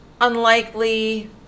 unlikely